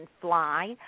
Fly